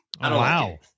Wow